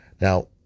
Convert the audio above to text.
Now